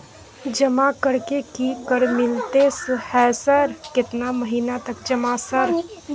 जमा कर के की कर मिलते है सर केतना महीना तक जमा सर?